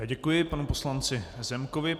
Děkuji panu poslanci Zemkovi.